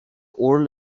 oral